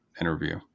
interview